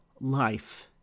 life